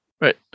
Right